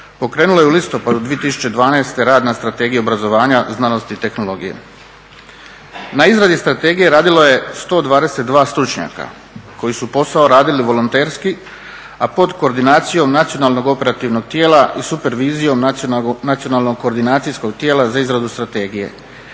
pokrenula je u listopadu 2012. Radna strategija obrazovanja znanosti i tehnologije. Na izradi strategije radilo je 122 stručnjaka koji su posao radili volonterski, a pod koordinacijom Nacionalnog operativnog tijela i supervizijom Nacionalnog koordinacijskog tijela za izradu strategije.